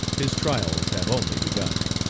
his trials have only begun.